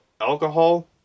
alcohol